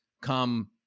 come